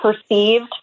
perceived